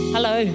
Hello